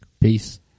Peace